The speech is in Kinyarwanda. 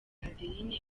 adeline